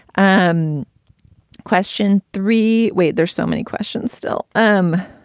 um question three. wait. there's so many questions still. um